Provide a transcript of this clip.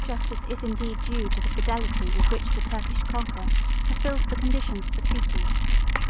justice is indeed due to the fidelity with which the turkish conqueror fulfilled the conditions of the treaty